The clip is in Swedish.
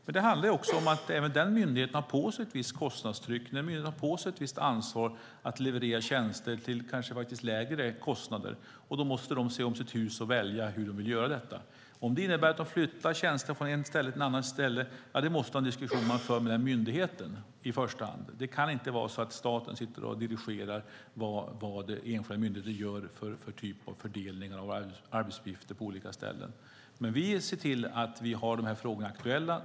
Men det handlar också om att även den myndigheten har på sig ett visst kostnadstryck. De har kanske ett visst ansvar att leverera tjänster till lägre kostnader. Då måste de se om sitt hus och välja hur de vill göra detta. Om det innebär att de flyttar tjänster från ett ställe till ett annat ställe måste man föra en diskussion med den myndigheten i första hand. Det kan inte vara så att staten dirigerar vilka fördelningar av arbetsuppgifter som enskilda myndigheter gör på olika ställen. Vi ser till att vi har de här frågorna aktuella.